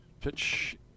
Pitch